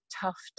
tough